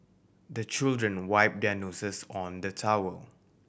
the children wipe their noses on the towel